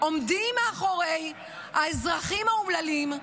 עומדים מאחורי האזרחים האומללים,